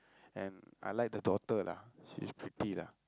and I like the daughter lah she's pretty lah